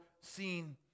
seen